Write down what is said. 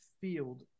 field